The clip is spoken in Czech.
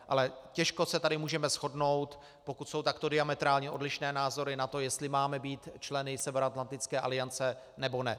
Ale těžko se tady můžeme shodnout na tom, pokud jsou takto diametrálně odlišné názory, jestli máme být členy Severoatlantické aliance, nebo ne.